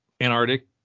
Antarctic